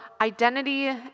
Identity